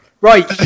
Right